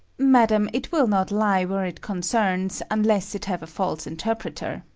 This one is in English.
madam, it will not lie where it concerns, unless it have a false interpreter.